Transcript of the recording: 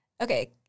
Okay